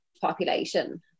population